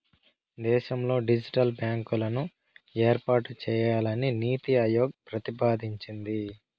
దేశంలో డిజిటల్ బ్యాంకులను ఏర్పాటు చేయాలని నీతి ఆయోగ్ ప్రతిపాదించింది